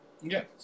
yes